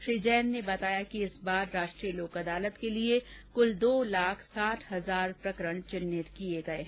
श्री जैन ने बताया कि इस बार राष्ट्रीय लोक अदालत के लिए क्ल दो लाख साठ हजार प्रकरण चिन्हित किये गए हैं